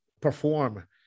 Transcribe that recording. perform